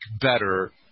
better